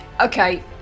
Okay